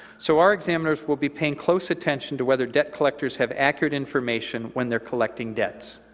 so our examiners will be paying close attention to whether debt collectors have accurate information when they are collecting debts.